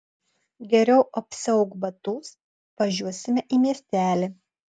geriau apsiauk batus važiuosime į miestelį